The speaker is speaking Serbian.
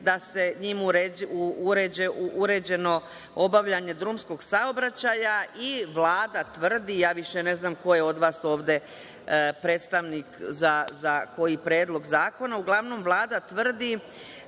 da je njime uređeno obavljanje drumskog saobraćaja i Vlada tvrdi, više ne znam ko je od vas ovde predstavnik za koji predlog zakona, uglavnom Vlada tvrdi